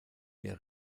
der